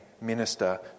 minister